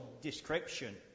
description